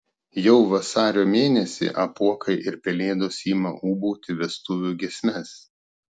jau vasario mėnesį apuokai ir pelėdos ima ūbauti vestuvių giesmes